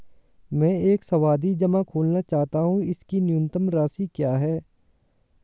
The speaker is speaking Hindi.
मैं एक सावधि जमा खोलना चाहता हूं इसकी न्यूनतम राशि क्या है?